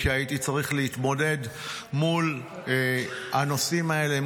כשהייתי צריך להתמודד מול הנושאים האלה,